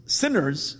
sinners